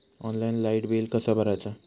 Online light bill कसा भरायचा?